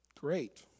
great